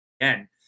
again